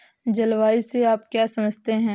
जलवायु से आप क्या समझते हैं?